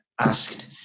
asked